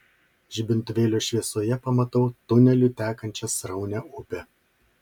žibintuvėlio šviesoje pamatau tuneliu tekančią sraunią upę